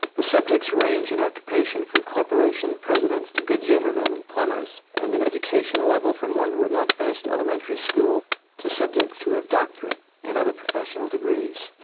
the subjects range in occupation from corporation presidents to good humor, men and plumbers and an educational level from one who had not finished elementary school to subjects who have doctorate and other professional degrees.